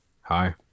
Hi